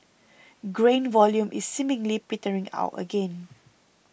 grain volume is seemingly petering out again